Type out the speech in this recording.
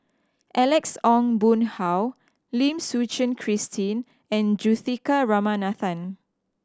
Alex Ong Boon Hau Lim Suchen Christine and Juthika Ramanathan